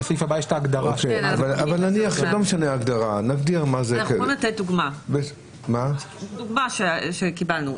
אפשר לתת דוגמה שקיבלנו.